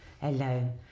Hello